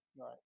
right